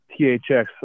THX